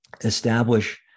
Establish